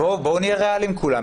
בואו נהיה ריאליים כולם.